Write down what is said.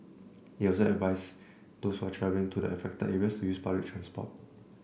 they also advised those who are travelling to the affected areas to use public transport